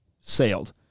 sailed